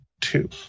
two